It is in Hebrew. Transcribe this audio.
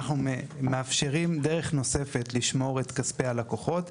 אנחנו מאפשרים דרך נוספת לשמור את כספי הלקוחות,